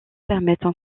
permettent